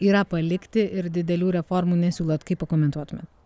yra palikti ir didelių reformų nesiūlot kaip pakomentuotumėt